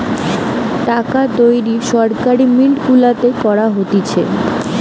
টাকা তৈরী সরকারি মিন্ট গুলাতে করা হতিছে